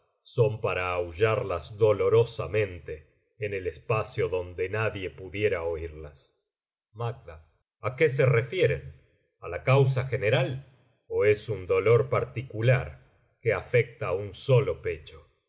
son para aulladas dolorosamente en el espacio donde nadie pudiera oirías macd a qué se refieren a la causa general o es un dolor particular que afecta á un sólo pecho